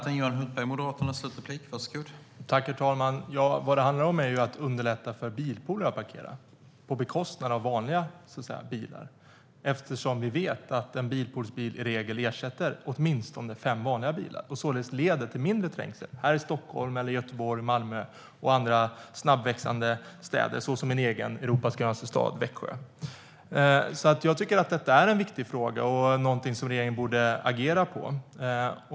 Herr talman! Det handlar om att underlätta för bilpooler att parkera, på bekostnad av vanliga bilar. Vi vet att en bilpoolsbil i regel ersätter åtminstone fem vanliga bilar. Således leder det till mindre trängsel här i Stockholm, Göteborg eller Malmö och andra snabbväxande städer såsom min egen, Europas grönaste stad Växjö. Jag tycker att detta är en viktig fråga och någonting som regeringen borde agera på.